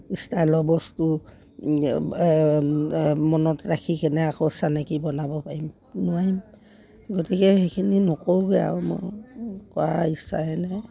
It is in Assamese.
ষ্টাইলৰ বস্তু মনত ৰাখি কিনে আকৌ চানেকি বনাব পাৰিম নোৱাৰিম গতিকে সেইখিনি নকৰোঁগে আৰু কৰাৰ ইচ্ছা নাই